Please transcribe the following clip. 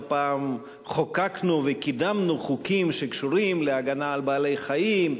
לא פעם חוקקנו וקידמנו חוקים שקשורים להגנה על בעלי-חיים,